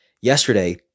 yesterday